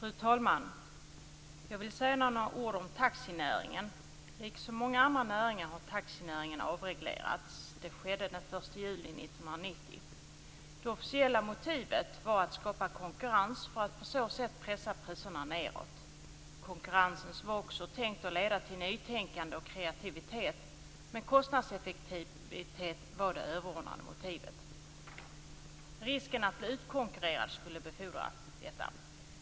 Fru talman! Jag vill säga några ord om taxinäringen. Liksom många andra näringar har taxinäringen avreglerats. Det skedde den 1 juli 1990. Det officiella motivet var att skapa konkurrens för att på så sätt pressa priserna nedåt. Konkurrensen var också tänkt att leda till nytänkande och kreativitet, men kostnadseffektivitet var det överordnade motivet. Risken att bli utkonkurrerad skulle befordra detta.